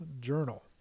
Journal